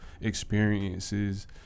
experiences